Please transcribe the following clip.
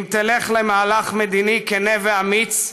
אם תלך למהלך מדיני כן ואמיץ,